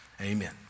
amen